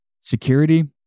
security